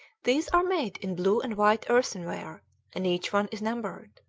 these are made in blue and white earthenware and each one is numbered.